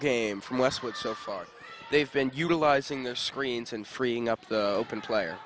game from west which so far they've been utilizing their screens and freeing up the open player